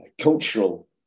cultural